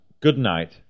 goodnight